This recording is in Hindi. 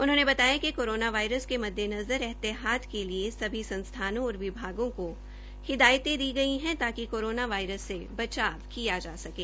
उन्होंने बताया कि कोरोना के वायरस के मद्देनज़र एहतियात के लिए सभी संस्थानों और विभागों को हिदायतें दी गई है ताकि कोरोना वायरस से बचाव किया जा सकें